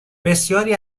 بسیاری